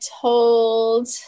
told